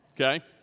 okay